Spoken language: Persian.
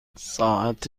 ساعت